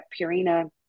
Purina